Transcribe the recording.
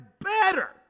better